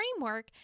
framework